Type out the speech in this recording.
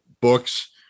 books